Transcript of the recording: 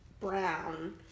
Brown